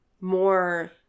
more